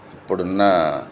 ఇప్పుడు ఉన్న